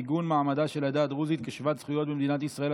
עיגון מעמדה של העדה הדרוזית כשוות זכויות במדינת ישראל),